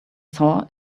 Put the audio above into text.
saw